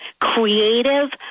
creative